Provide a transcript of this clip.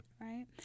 Right